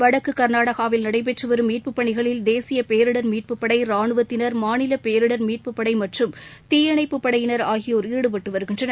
வடக்குகர்நாடகாவில் நடைபெற்றுவரும் மீட்புப்பணிகளில் தேசியபேரிடர் மீட்புப்படை ரானுவத்தினர் மாநிலபேரிடர் மீட்புப்படைமற்றும் தீயணைப்புப்படையினர் ஆகியோர் ஈடுபட்டுவருகின்றனர்